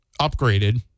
upgraded